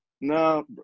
no